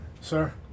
sir